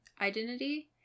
identity